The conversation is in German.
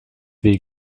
wie